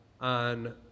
on